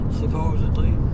supposedly